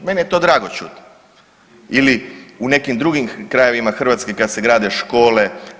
Meni je to drago čuti ili u nekim drugim krajevima Hrvatske kada se grade škole.